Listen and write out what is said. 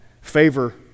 Favor